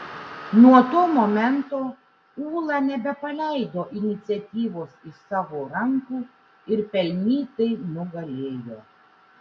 nuo to momento ūla nebepaleido iniciatyvos iš savo rankų ir pelnytai nugalėjo